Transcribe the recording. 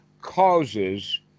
causes